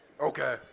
Okay